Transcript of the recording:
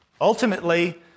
Ultimately